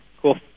Cool